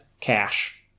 cash